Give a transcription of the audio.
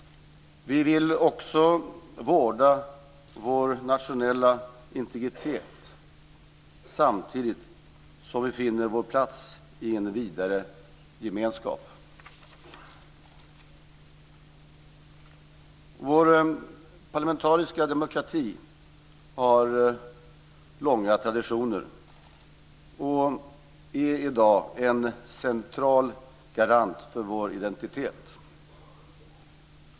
Vi vill också vårda vår nationella integritet samtidigt som vi finner vår plats i en vidare gemenskap. Vår parlamentariska demokrati har långa traditioner och är i dag en central garant för vår identitet.